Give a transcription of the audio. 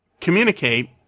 communicate